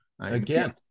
Again